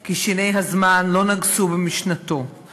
כי שיני הזמן לא נגסו במשנתו.